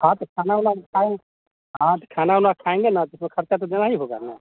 हाँ तो खाना वाना खाए हाँ तो खाना वाना खाएँगे ना तो फिर खर्चा तो देना ही होगा ना